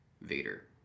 Vader